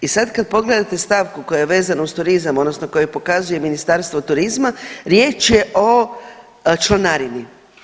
I sad kad pogledate stavku koja je vezana uz turizam odnosno koju pokazuje Ministarstvo turizma riječ je o članarini.